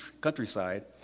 countryside